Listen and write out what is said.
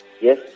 yes